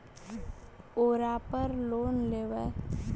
ओरापर लोन लेवै?